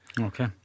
okay